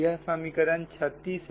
यह समीकरण 36 है